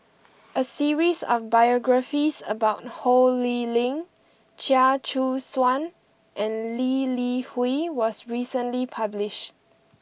a series of biographies about Ho Lee Ling Chia Choo Suan and Lee Li Hui was recently publish